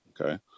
Okay